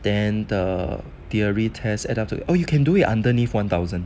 then the theory tests add up to oh you can do it underneath one thousand